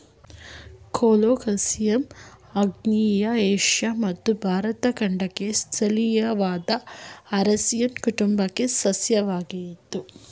colocasia ಆಗ್ನೇಯ Asia ಮತ್ತು ಭಾರತ ಖಂಡಕ್ಕೆ ಸ್ಥಳೀಯವಾದ ಅರೇಸಿಯ ಕುಟುಂಬದ ಸಸ್ಯವಾಗಯ್ತೆ